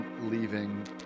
leaving